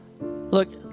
Look